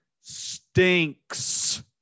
stinks